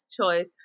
choice